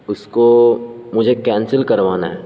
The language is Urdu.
اس کو مجھے کینسل کروانا ہے